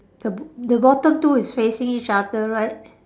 the b~ the bottom two is facing each other right